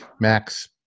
max